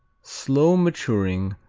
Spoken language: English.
slow-maturing.